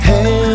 Hey